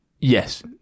Yes